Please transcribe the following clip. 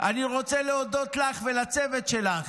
אני רוצה להודות לך ולצוות שלך.